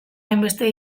hainbeste